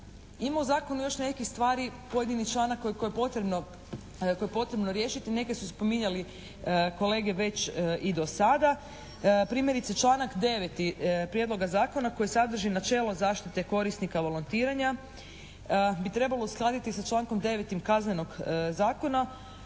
Ima u zakonu još nekih stvari pojedinih članaka koje je potrebno riješiti, neke su spominjali kolege već i do sada. Primjerice članak 9. Prijedloga zakona koji sadrži načelo zaštite korisnika volontiranja bi trebalo uskladiti sa člankom 9. Kaznenog zakona